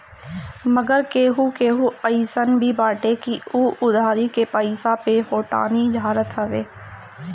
मगर केहू केहू अइसन भी बाटे की उ उधारी के पईसा पे फोटानी झारत हवे